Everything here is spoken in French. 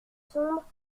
sombre